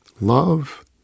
love